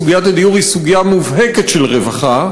סוגיית הדיור היא סוגיה מובהקת של רווחה,